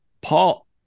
Paul